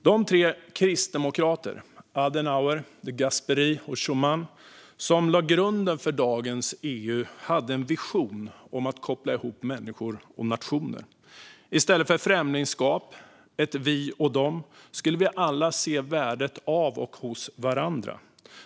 De tre kristdemokraterna Adenauer, De Gasperi och Schumann som lade grunden för dagens EU hade en vision om att koppla ihop människor och nationer. I stället för främlingskap, ett vi och dem, skulle vi alla se värdet av och hos varandra.